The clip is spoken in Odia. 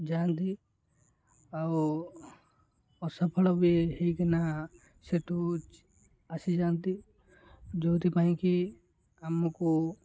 ଯାଆନ୍ତି ଆଉ ଅସଫଳ ବି ହେଇକିନା ସେଠୁ ଆସିଯାଆନ୍ତି ଯେଉଁଥିପାଇଁକି ଆମକୁ